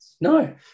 No